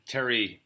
Terry